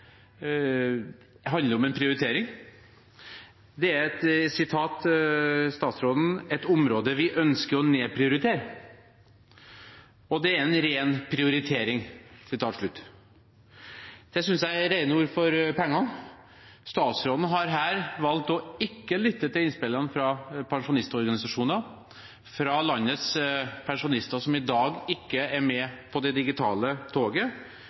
er et område de «ønsker å nedprioritere», og at det er «en ren prioritering». Det synes jeg er rene ord for pengene. Statsråden har her valgt ikke å lytte til innspillene fra pensjonistorganisasjoner, fra landets pensjonister som i dag ikke er med på det digitale toget,